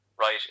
right